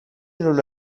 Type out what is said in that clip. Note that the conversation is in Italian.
non